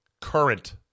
current